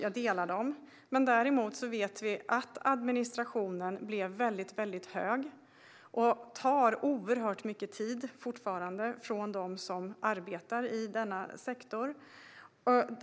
Vi vet dock att administrationen blev väldigt hög, och den tar fortfarande oerhört mycket tid från dem som arbetar i denna sektor.